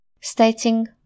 stating